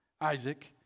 Isaac